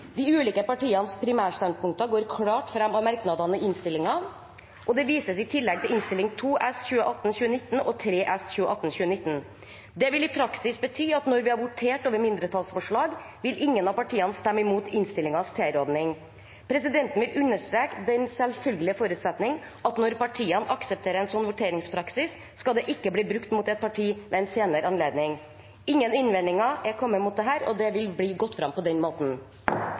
De ulike partienes primærstandpunkter går klart fram av merknadene i innstillingen, og det vises i tillegg til Innst. 2 S for 2018–2019 og Innst. 3 S for 2018–2019. Det vil i praksis bety at når vi har votert over mindretallsforslag, vil ingen av partiene stemme imot innstillingens tilråding. Presidenten vil understreke den selvfølgelige forutsetning at når partiene aksepterer en slik voteringspraksis, skal dette ikke bli brukt mot et parti ved en senere anledning. Ingen innvendinger er kommet mot presidentens forslag. – Det anses vedtatt. Det